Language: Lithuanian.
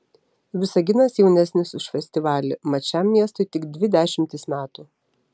visaginas jaunesnis už festivalį mat šiam miestui tik dvi dešimtys metų